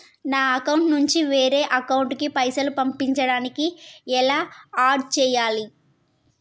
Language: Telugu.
నా అకౌంట్ నుంచి వేరే వాళ్ల అకౌంట్ కి పైసలు పంపించడానికి ఎలా ఆడ్ చేయాలి?